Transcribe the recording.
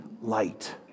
light